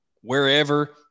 wherever